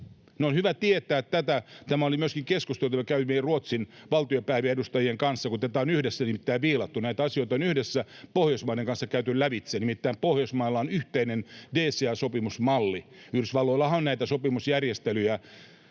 on hyvä tietää. Tämä oli myöskin keskustelu, jota käytiin Ruotsin valtiopäivien edustajien kanssa, kun tätä on yhdessä nimittäin viilattu ja näitä asioita on yhdessä Pohjoismaiden kanssa käyty lävitse. Nimittäin Pohjoismailla on yhteinen DCA-sopimusmalli. Yhdysvalloillahan on näitä sopimusjärjestelyjä